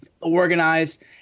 organized